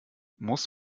muss